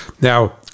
Now